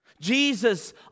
Jesus